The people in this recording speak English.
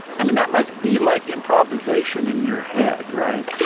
i mean, that must be like improvisation in your head, right?